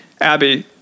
Abby